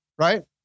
right